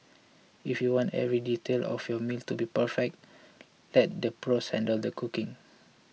if you want every detail of your meal to be perfect let the pros handle the cooking